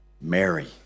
Mary